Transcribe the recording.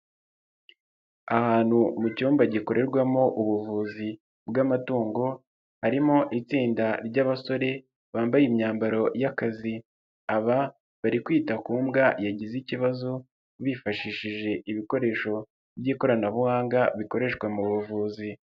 Ahantu mu cyumba gikorerwamo ubuvuzi bw'amatungo, harimo itsinda ry'abasore bambaye imyambaro y'akazi, aba bari kwita ku mbwa yagize ikibazo bifashishije ibikoresho by'ikoranabuhanga bikoreshwa mu buvuzi.